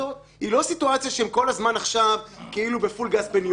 זאת אומרת, לא להשאיר את זה פתוח לחלוטין.